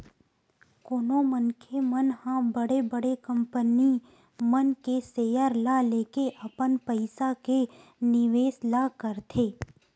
कोनो मनखे मन ह बड़े बड़े कंपनी मन के सेयर ल लेके अपन पइसा के निवेस ल करथे